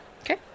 Okay